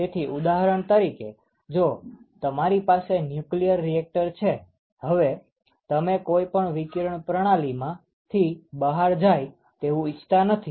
તેથી ઉદાહરણ તરીકે જો તમારી પાસે ન્યુક્લિયર રીએક્ટર છે હવે તમે કોઈ પણ વિકિરણ પ્રણાલીમાંથી બહાર જાઈ તેવું ઇચ્છતા નથી